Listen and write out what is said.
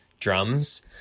drums